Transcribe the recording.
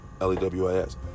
L-E-W-I-S